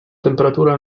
temperatura